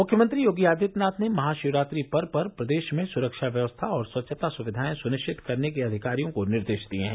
मुख्यमंत्री योगी आदित्यनाथ ने महाशिवरात्रि पर्व पर प्रदेश में सुरक्षा व्यवस्था और स्वच्छता सुविधाएं सुनिश्चित करने के अधिकारियों को निर्देश दिए हैं